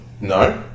No